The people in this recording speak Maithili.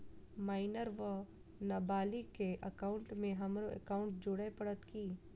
माइनर वा नबालिग केँ एकाउंटमे हमरो एकाउन्ट जोड़य पड़त की?